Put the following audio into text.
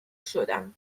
شدم